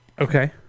okay